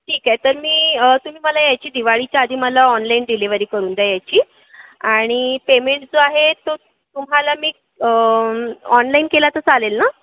ठीक आहे तर मी तुम्ही मला याची दिवाळीच्या आधी मला ऑनलाईन डिलिव्हरी करून द्या याची आणि पेमेंट जो आहे तो तुम्हाला मी ऑनलाईन केला तर चालेल ना